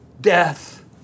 death